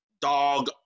dog